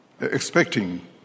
expecting